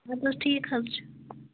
اَدٕ حظ ٹھیٖک حظ چھُ